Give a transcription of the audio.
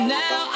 now